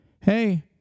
hey